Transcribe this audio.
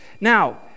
Now